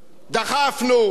דחפנו,